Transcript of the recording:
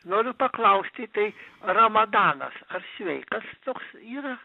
noriu paklausti tai ramadanas ar sveikas toks yra